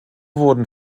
wurden